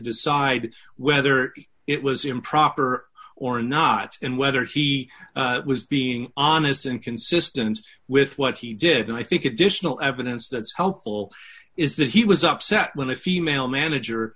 decide whether it was improper or not and whether he was being honest and consistent with what he did and i think edition will evidence that is helpful is that he was upset when a female manager